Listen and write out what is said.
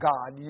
God